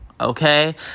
Okay